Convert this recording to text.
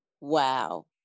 wow